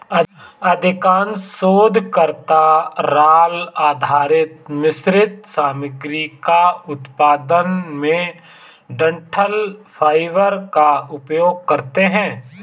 अधिकांश शोधकर्ता राल आधारित मिश्रित सामग्री के उत्पादन में डंठल फाइबर का उपयोग करते है